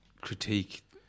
critique